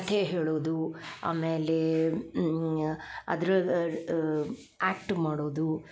ಕತೆ ಹೇಳೂದು ಆಮೇಲೆ ಅದ್ರ ಆ್ಯಕ್ಟ್ ಮಾಡುದು